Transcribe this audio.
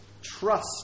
trust